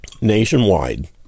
nationwide